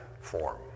form